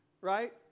right